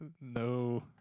No